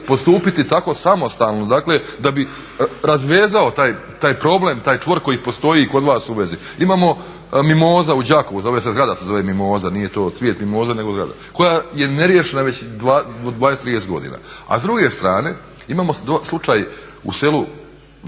postupiti tako samostalno dakle da bi razvezao taj problem, taj čvor koji postoji kod vas u vezi. Imamo Mimoza u Đakovu, zgrada se zove Mimoza, nije to cvijet mimoza nego zgrada, koja je neriješena već 20-30 godina, a s druge strane imamo slučaj u selu